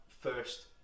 first